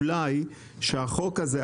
אולי שהחוק הזה,